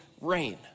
rain